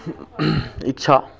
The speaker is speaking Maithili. इच्छा